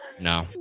No